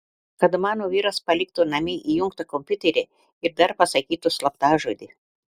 kad mano vyras paliktų namie įjungtą kompiuterį ir dar pasakytų slaptažodį